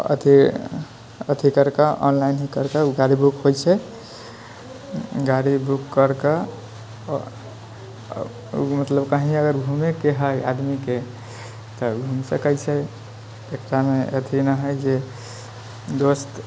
अथी करिकऽ ऑनलाइन ही करिकऽ ओ गाड़ी बुक होइ छै गाड़ी बुक करिकऽ मतलब कहीँ अगर घूमैके हइ आदमीके तऽ घूमि सकै छै एकरामे अथी ने हइ जे दोस्त